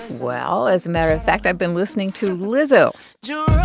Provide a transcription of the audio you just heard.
well, as a matter of fact, i've been listening to lizzo jerome,